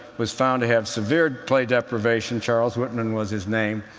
was found to have severe play deprivation. charles whitman was his name.